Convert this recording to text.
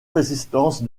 résistance